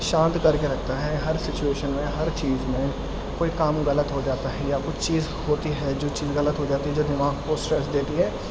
شانت کر کے رکھتا ہے ہر سچویشن میں ہر چیز میں کوئی کام غلط ہو جاتا ہے یا کچھ چیز ہوتی ہے جو چیز غلط ہو جاتی ہے جو دماغ کو اسٹریس دیتی ہے